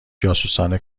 جاسوسان